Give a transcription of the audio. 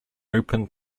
open